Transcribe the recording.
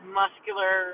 muscular